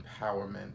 empowerment